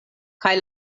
kaj